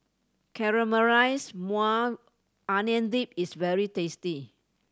Caramelized Maui Onion Dip is very tasty